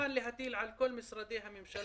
המשרות שאנחנו מדברים עליהן הן משרות פנויות,